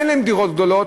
שאין להם דירות גדולות,